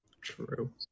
True